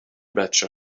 بچه